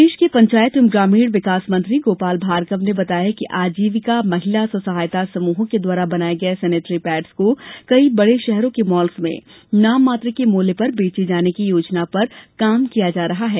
प्रदेश के पंचायत एवं ग्रामीण विकास मंत्री गोपाल भार्गव ने बताया कि आजीविका महिला स्वसहायता समूहों के द्वारा बनाए गए सैनिटरी पैड्स को कई बड़े शहरों के मॉल्स में नाम मात्र के मूल्य पर बेचे जाने की योजना पर काम किया जा रहा है